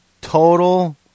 total